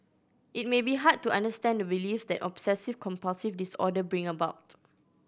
it may be hard to understand the beliefs that obsessive compulsive disorder bring about